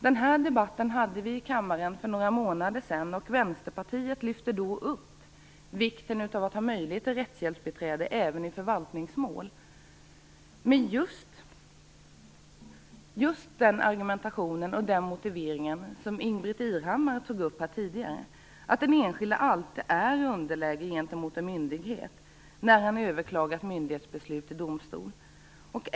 Den här debatten hade vi i kammaren för några månader sedan. Vänsterpartiet betonade då vikten av att ha möjlighet till rättshjälpsbiträde även i förvaltningsmål och använde just den argumentation och den motivering som Ingbritt Irhammar tog upp tidigare, att den enskilde alltid är i underläge gentemot en myndighet när han överklagat myndighetsbeslut till domstol.